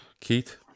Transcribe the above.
keith